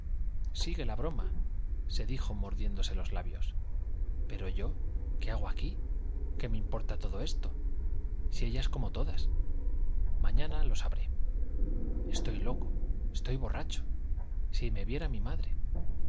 sigue la broma se dijo mordiéndose los labios pero yo qué hago aquí qué me importa todo esto si ella es como todas mañana lo sabré estoy loco estoy borracho si me viera mi madre